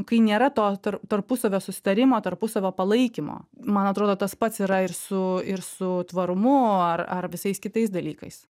kai nėra to tarp tarpusavio susitarimo tarpusavio palaikymo man atrodo tas pats yra ir su ir su tvarumu ar ar visais kitais dalykais